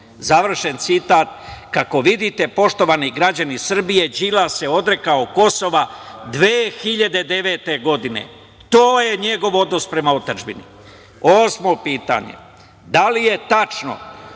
ću se Kosova"? Kako vidite, poštovani građani Srbije, Đilas se odrekao Kosova 2009. godine. To je njegov odnos prema otadžbini. Osmo pitanje, da li je tačno,